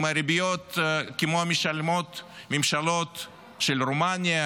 ריביות כמו שמשלמות הממשלות של רומניה,